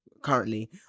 currently